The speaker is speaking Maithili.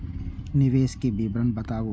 निवेश के विवरण बताबू?